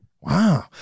Wow